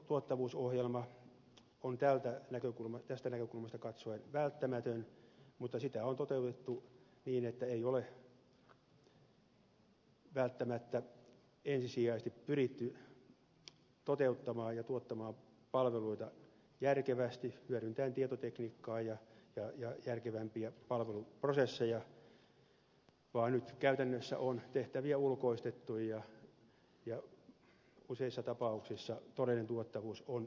tuottavuusohjelma on tästä näkökulmasta katsoen välttämätön mutta sitä on toteutettu niin että ei ole välttämättä ensisijaisesti pyritty toteuttamaan ja tuottamaan palveluita järkevästi hyödyntäen tietotekniikkaa ja järkevämpiä palveluprosesseja vaan nyt käytännössä tehtäviä on ulkoistettu ja useissa tapauksissa todellinen tuottavuus on heikentynyt